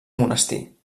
monestir